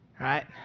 right